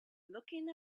looking